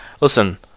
Listen